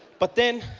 but then